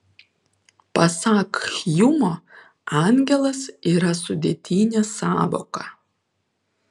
pasak hjumo angelas yra sudėtinė sąvoka